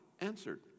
answered